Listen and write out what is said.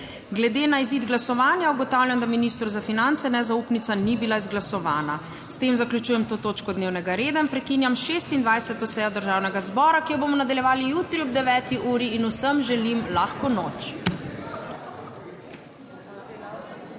Glede na izid glasovanja ugotavljam, da ministru za finance nezaupnica ni bila izglasovana. S tem zaključujem to točko dnevnega reda in prekinjam 26. sejo Državnega zbora, ki jo bomo nadaljevali jutri ob 9. uri, in vsem želim lahko noč!